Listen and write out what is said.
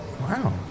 wow